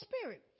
Spirit